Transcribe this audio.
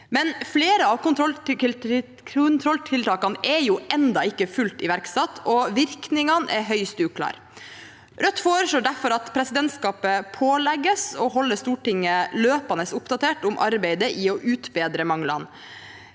Men flere av kontrolltiltakene er ennå ikke fullt iverksatt, og virkningene er høyst uklare. Rødt foreslår derfor at presidentskapet pålegges å holde Stortinget løpende oppdatert om arbeidet med å utbedre manglene.